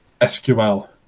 SQL